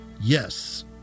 Yes